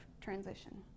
transition